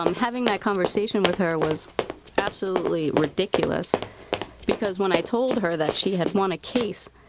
um having that conversation with her was absolutely ridiculous because when i told her that she had won a case,